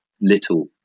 little